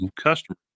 customers